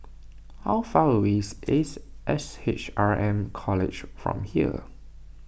how far away is Ace S H R M College from here